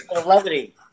celebrity